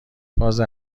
فاز